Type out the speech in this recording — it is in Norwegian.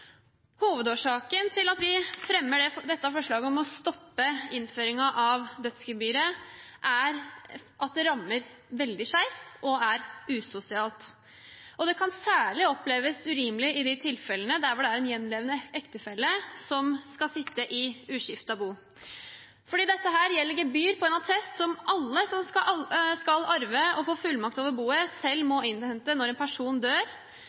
Hovedårsaken til at vi fremmer dette forslaget om å stoppe innføringen av dødsgebyret, er at det rammer veldig skjevt og er usosialt. Det kan særlig oppleves urimelig i de tilfellene der det er en gjenlevende ektefelle som skal sitte i uskiftet bo. Dette gjelder gebyr på en attest som alle som skal arve og få fullmakt over boet, selv må innhente når en person dør.